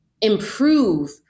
improve